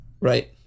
Right